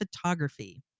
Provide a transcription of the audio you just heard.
Photography